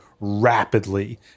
rapidly